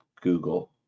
Google